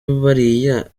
bariya